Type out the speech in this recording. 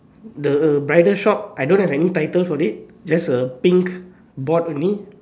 the bridal shop I don't have any titles on it just a pink board only